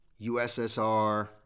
USSR